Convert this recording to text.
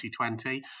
2020